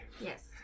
Yes